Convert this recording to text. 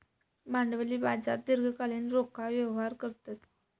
भांडवली बाजार दीर्घकालीन रोखा व्यवहार करतत